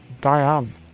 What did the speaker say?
Diane